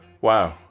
wow